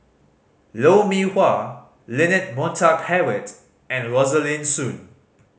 Lou Mee Wah Leonard Montague Harrod and Rosaline Soon